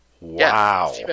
wow